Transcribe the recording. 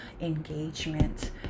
engagement